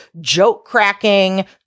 joke-cracking